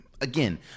again